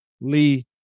Lee